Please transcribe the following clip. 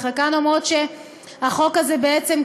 וחלקן אומרות שהחוק הזה בעצם,